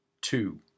two